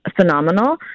phenomenal